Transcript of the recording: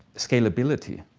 scalability.